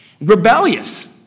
Rebellious